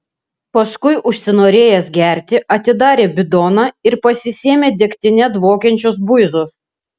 paskui užsinorėjęs gerti atidarė bidoną ir pasisėmė degtine dvokiančios buizos